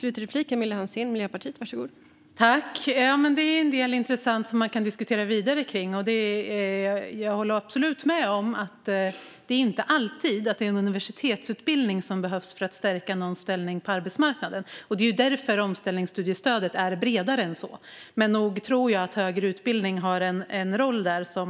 Fru talman! Här finns en del intressant som man kan diskutera vidare kring. Jag håller absolut med om att det inte alltid är en universitetsutbildning som behövs för att stärka någons ställning på arbetsmarknaden. Det är därför omställningsstudiestödet är bredare än så. Men nog tror jag att högre utbildning behöver ta en roll.